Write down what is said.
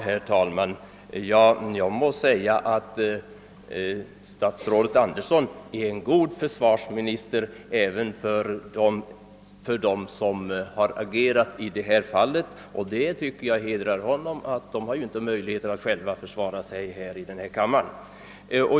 "Herr talman! Jag må säga att försvarsminister Andersson är en god försvarare även för dem som har agerat i detta fall. Det tycker jag hedrar honom, eftersom de inte själva har möjligheter att försvara sig i denna kammare.